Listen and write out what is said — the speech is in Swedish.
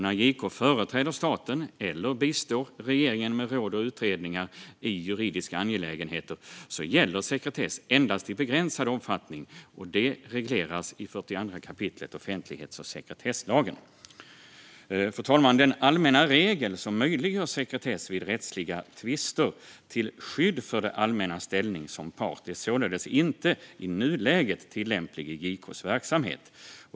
När JK företräder staten eller bistår regeringen med råd och utredningar i juridiska angelägenheter gäller sekretess endast i begränsad omfattning, vilket regleras i 42 kap. offentlighets och sekretesslagen. Fru talman! Den allmänna regel som möjliggör sekretess vid rättsliga tvister till skydd för det allmännas ställning som part är således inte i nuläget tillämplig i JK:s verksamhet.